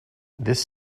this